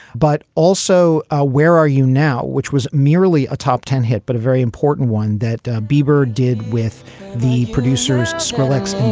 but also ah where are you now? which was merely a top ten hit, but a very important one that bieber did with the producers skrillex.